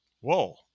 Whoa